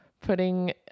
putting